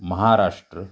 Maharashtra